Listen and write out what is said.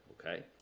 okay